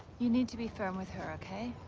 you need to be firm with her, okay?